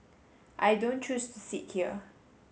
I don't choose to sit here